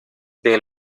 del